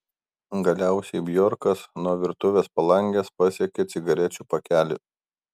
galiausiai bjorkas nuo virtuvės palangės pasiekė cigarečių pakelį